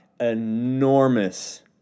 enormous